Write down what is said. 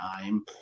time